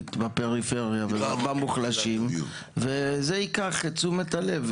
עירונית בפריפריה וזה ייקח את תשומת הלב,